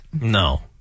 No